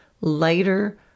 lighter